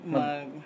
mag